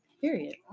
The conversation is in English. Period